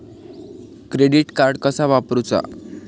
Credit card कसा वापरूचा?